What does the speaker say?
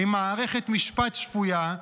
עם מערכת משפט שפויה,